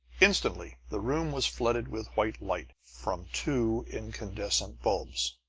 instantly the room was flooded with white light from two incandescent bulbs!